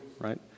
right